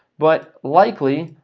but likely,